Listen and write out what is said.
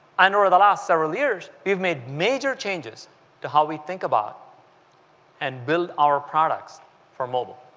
and over the last several years, we have made major changes to how we think about and build our products for mobile.